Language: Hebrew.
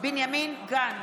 בנימין גנץ,